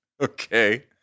Okay